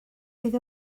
fydd